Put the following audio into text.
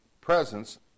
presence